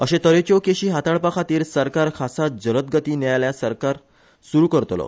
अशे तेरेच्यो केशी हाताळपा खातीर सरकार खासा जलदगती न्यायालयां सरकार सुरु करतलो